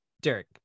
Derek